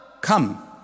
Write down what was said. come